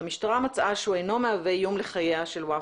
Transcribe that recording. והמשטרה מצאה שהוא אינו מהווה איום לחייה של ופאא,